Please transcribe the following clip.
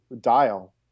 dial